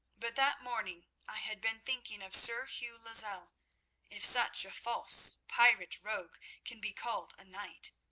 but that morning i had been thinking of sir hugh lozelle if such a false, pirate rogue can be called a knight,